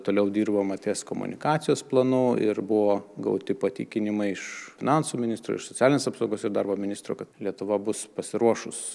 toliau dirbama ties komunikacijos planu ir buvo gauti patikinimai iš finansų ministro iš socialinės apsaugos ir darbo ministro kad lietuva bus pasiruošus